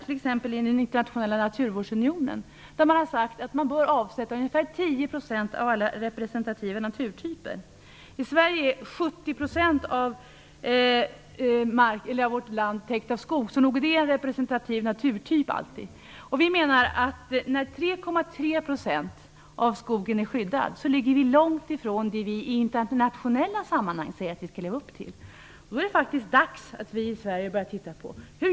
Ett exempel är den internationella naturvårdsunionen där det sagts att man bör avsätta ungefär 10 % av alla representativa naturtyper. 70 % av Sveriges yta är täckt av skog, så nog är det en representativ naturtyp alltid! När bara 3,3 % av skogen är skyddad ligger vi långt ifrån vad vi i internationella sammanhang säger att vi skall leva upp till. Det är dags att vi i Sverige börjar titta på det här.